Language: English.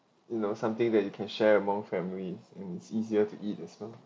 you know something that you can share among family and it's easier to eat as well